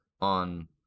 on